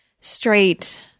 straight